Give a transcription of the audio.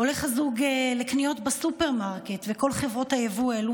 הולך הזוג לקניות בסופרמרקט וכל חברות היבוא העלו